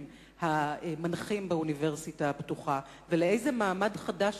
המנחים באוניברסיטה הפתוחה ולאיזה מעמד חדש,